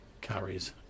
carries